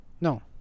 no